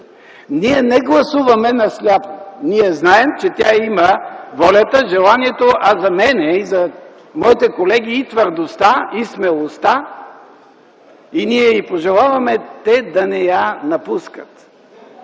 Ние не гласуваме на сляпо. Ние знаем, че тя има волята, желанието, а за мен и за моите колеги – твърдостта и смелостта. И ние й пожелаваме те да не я напускат!